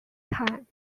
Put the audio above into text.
time